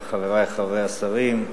חברי השרים,